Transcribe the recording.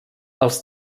els